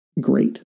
great